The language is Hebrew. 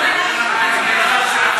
אדוני.